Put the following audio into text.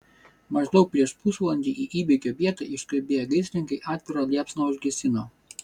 maždaug prieš pusvalandį į įvykio vietą išskubėję gaisrininkai atvirą liepsną užgesino